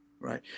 Right